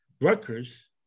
Rutgers